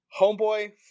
Homeboy